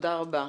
תודה רבה.